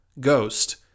ghost